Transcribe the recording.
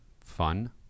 fun